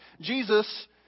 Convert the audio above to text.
Jesus